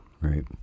Right